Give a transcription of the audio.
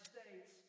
States